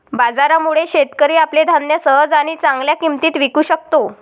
बाजारामुळे, शेतकरी आपले धान्य सहज आणि चांगल्या किंमतीत विकू शकतो